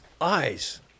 Eyes